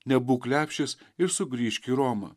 nebūk lepšis ir sugrįžk į romą